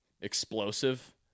explosive